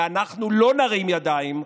ואנחנו לא נרים ידיים,